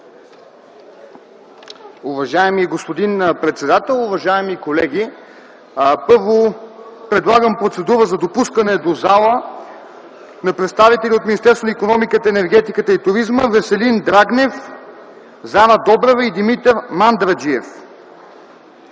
Уважаеми господин председател, уважаеми колеги! Първо предлагам процедура за допускане до залата на представители на Министерството на икономиката, енергетиката и туризма - Веселин Драгнев, Зара Добрева и Димитър Мандражиев.